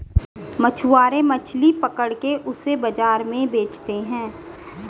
मछुआरे मछली पकड़ के उसे बाजार में बेचते है